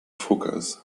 hookahs